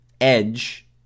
edge